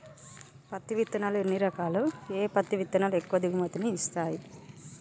పత్తి విత్తనాలు ఎన్ని రకాలు, ఏ పత్తి విత్తనాలు ఎక్కువ దిగుమతి ని ఇస్తాయి?